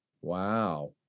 Wow